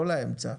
לא לאמצע.